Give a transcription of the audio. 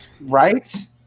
Right